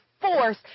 force